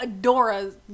Adora's